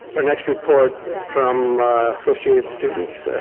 our next report from associated students,